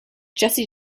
jesse